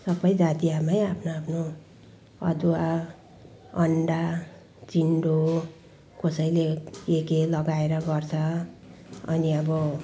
सबै जातिमै आफ्नो आफ्नो अदुवा अन्डा चिन्डो कसैले के के लगाएर गर्छ अनि अब